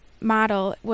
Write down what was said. model